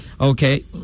Okay